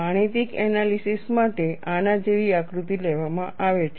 ગાણિતિક એનાલિસિસ માટે આના જેવી આકૃતિ લેવામાં આવે છે